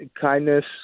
kindness